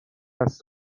است